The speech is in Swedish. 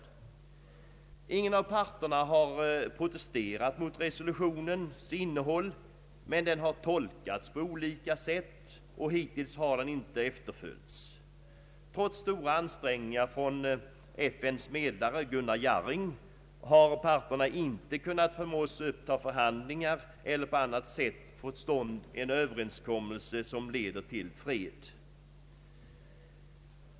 Ingen av parterna har protesterat mot resolutionens innehåll, men det har tolkats på olika sätt, och hittills har resolutionen inte efterföljts. Trots stora ansträngningar från FN:s medlare Gunnar Jarring har parterna inte kunnat förmås att uppta förhandlingar, och inte heller har man på annat sätt lyckats få till stånd en överenskommeilse som leder till fred.